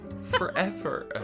Forever